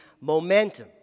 momentum